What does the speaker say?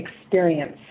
experience